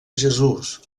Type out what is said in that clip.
jesús